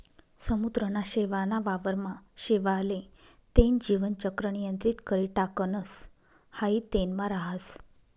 समुद्रना शेवाळ ना वावर मा शेवाळ ले तेन जीवन चक्र नियंत्रित करी टाकणस हाई तेनमा राहस